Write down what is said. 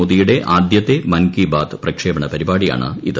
മോദിയുടെ ആദ്യത്തെ മൻ കി ബാത് പ്രക്ഷേപണ പരിപാടിയാണ് ഇത്